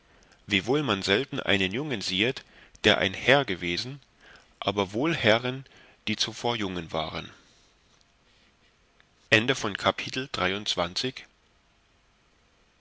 wiewohl man selten einen jungen siehet der ein herr gewesen aber wohl herren die zuvor jungen waren